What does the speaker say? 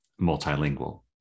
multilingual